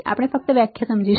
આપણે ફક્ત વ્યાખ્યા સમજીશું